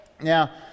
Now